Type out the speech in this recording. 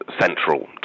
central